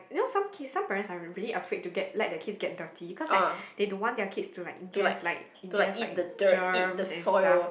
you know some kids some parents are really afraid to get let the kids get dirty because like they don't want their kids to like injects like injects like germ and stuff